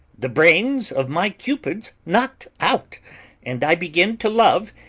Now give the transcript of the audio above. the brains of my cupid's knock'd out and i begin to love,